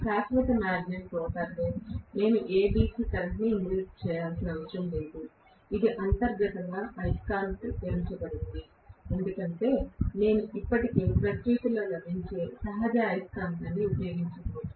శాశ్వత మాగ్నెట్ రోటర్లో నేను ఏ డిసి కరెంట్ను ఇంజెక్ట్ చేయనవసరం లేదు ఇది అంతర్గతంగా అయస్కాంతీకరించబడింది ఎందుకంటే నేను ఇప్పటికే ప్రకృతిలో లభించే సహజ అయస్కాంతాన్ని ఉపయోగించబోతున్నాను